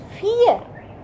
fear